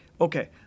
Okay